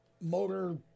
motor